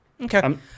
Okay